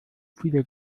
viele